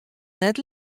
net